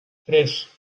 tres